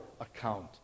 account